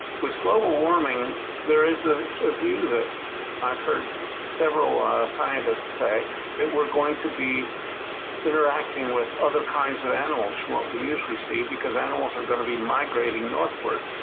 with global warming, there is a view that i've heard several scientists say that we're going to be interacting with other kinds of animals from what we usually see because animals are gonna be migrating northward.